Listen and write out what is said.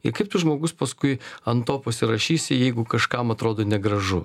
ir kaip tu žmogus paskui ant to pasirašysi jeigu kažkam atrodo negražu